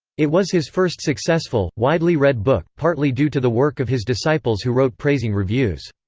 it was his first successful, widely read book, partly due to the work of his disciples who wrote praising reviews.